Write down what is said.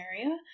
area